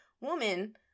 woman